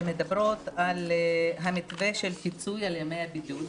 שמדברות על המתווה של פיצוי על ימי הבידוד.